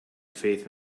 faith